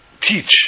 teach